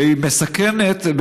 והיא מסכנת,